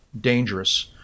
dangerous